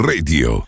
Radio